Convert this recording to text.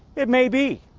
it may be.